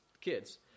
kids